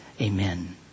Amen